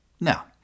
Now